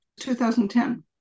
2010